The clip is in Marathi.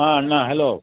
हां अण्णा हॅलो